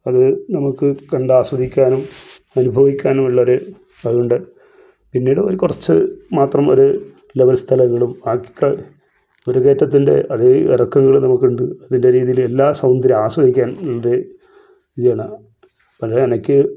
അത് നമുക്ക് കണ്ട് ആസ്വദിക്കുവാനും അനുഭവിക്കാനും ഉള്ള ഒരു അതുകൊണ്ട് പിന്നീട് ഒരു കുറച്ച് മാത്രം ഒരു ലെവൽ സ്ഥലങ്ങളും ബാക്കിയൊക്കെ ഒരു കേറ്റത്തിൻ്റെ അതേ എറക്കങ്ങളും നമുക്കുണ്ട് അതിൻ്റെ രീതിയിൽ എല്ലാ സൗന്ദര്യവും ആസ്വദിക്കാൻ ഉണ്ട് എന്താണ് പക്ഷേ എനിക്ക്